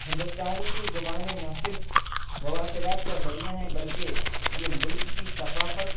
ہندوستان کی زبانیں نہ صرف مواصلات کا ذریعہ ہیں بلکہ یہ ملک کی ثقافت